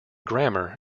grammar